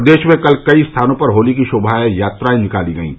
प्रदेश में कल कई स्थानों पर होली की शोभा यात्राएं निकाली गयीं